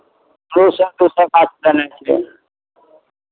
दोसर दोसर गाछ देने छियै